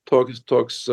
toks toks